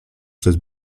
przez